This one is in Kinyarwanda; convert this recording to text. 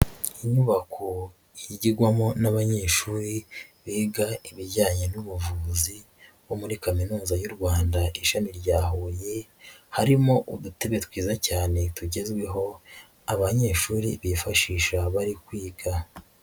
Inyubako yigirwagwamo n'abanyeshuri biga ibijyanye n'ubuvuzi bo muri kaminuza y'u Rwanda, ishami rya Huye, harimo udutebe twiza cyane tugezweho abanyeshuri bifashisha bari kwiga.